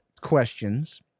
questions